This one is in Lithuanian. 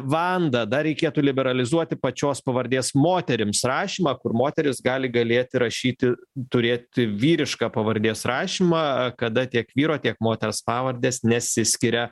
vanda dar reikėtų liberalizuoti pačios pavardės moterims rašymą kur moterys gali galėti rašyti turėti vyrišką pavardės rašymą kada tiek vyro tiek moters pavardės nesiskiria